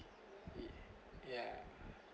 it ya